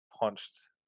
punched